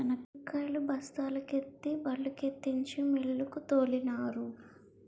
శనక్కాయలు బస్తాల కెత్తి బల్లుకెత్తించి మిల్లుకు తోలినారు